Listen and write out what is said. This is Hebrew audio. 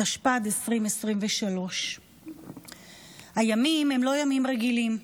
התשפ"ד 2023. הימים הם לא ימים רגילים.